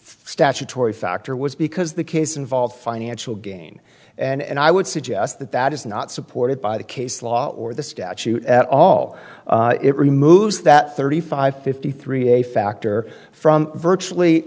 statutory factor was because the case involved financial gain and i would suggest that that is not supported by the case law or the statute at all it removes that thirty five fifty three a factor from virtually